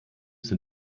sind